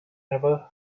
never